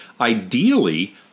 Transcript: Ideally